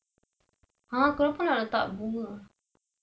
!huh! kenapa nak letak bunga